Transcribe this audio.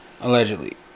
Allegedly